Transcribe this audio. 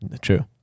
True